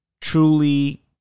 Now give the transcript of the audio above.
Truly